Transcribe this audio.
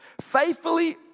Faithfully